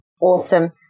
Awesome